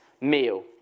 meal